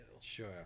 Sure